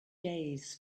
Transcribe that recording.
days